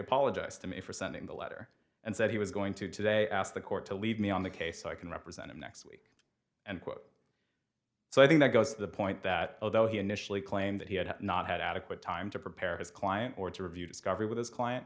apologized to me for sending the letter and said he was going to today ask the court to leave me on the case so i can represent him next week and quote so i think that goes to the point that although he initially claimed that he had not had adequate time to prepare his client or to review discovery with his client